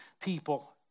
people